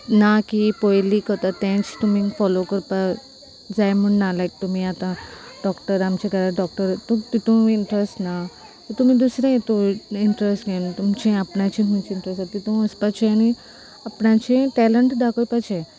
ना की पयली करता तेंच तुमी फोलो करपाक जाय म्हण ना लायक तुमी आतां डॉक्टर आमच्या घरांत डॉक्टर तितू इंट्रस्ट ना तुमी दुसरें हितून इंट्रस्ट घेन तुमचें आपणाची खंयची इंट्रस्ट आसा तितू वचपाचें आनी आपणाचें टॅलंट दाखयपाचें